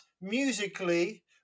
musically